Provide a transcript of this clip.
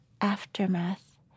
aftermath